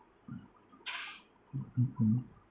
mmhmm